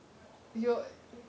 you will